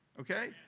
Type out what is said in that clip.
okay